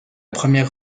première